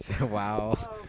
Wow